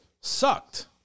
sucked